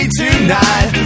tonight